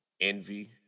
envy